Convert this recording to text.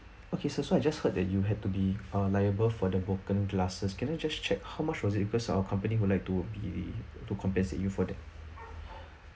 okay sir so I just heard that you had to be uh liable for the broken glasses can I just check how much was it because our company who like to be to compensate you for that